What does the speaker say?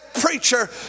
preacher